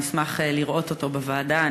אשמח לראות אותו בוועדה.